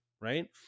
right